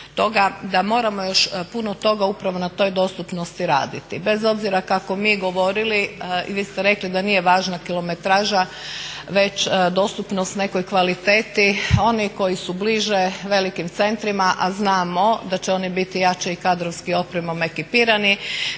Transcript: da moramo još puno toga upravo na toj dostupnosti raditi. Bez obzira kako mi govorili i vi ste rekli da nije važna kilometraža već dostupnost nekoj kvaliteti. Oni koji su bliže velikim centrima a znamo da će oni biti jače i kadrovski opremom ekipirani